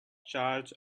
charge